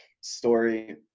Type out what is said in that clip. story